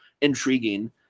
intriguing